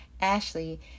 Ashley